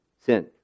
sin